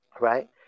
Right